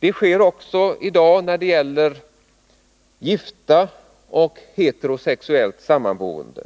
Så sker också i dag när det gäller gifta makar och heterosexuella sammanboende,